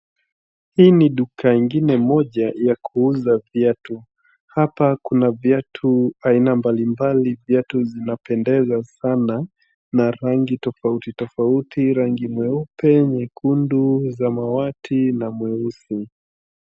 Hii ni duka ingine moja ya kuuza viatu. Hapa kuna viatu aina mbalimbali. Viatu zinapendeza sana na rangi tofauti tofauti, rangi mweupe, nyekundu, samawati na mweusi.